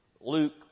Luke